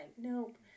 nope